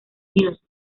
unidos